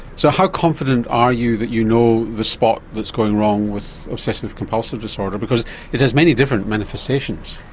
so how confident are you that you know the spot that's going wrong with obsessive compulsive disorder because it has many different manifestations?